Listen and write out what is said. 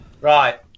Right